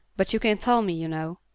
but you can tell me, you know.